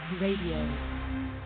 Radio